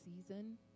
season